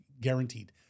guaranteed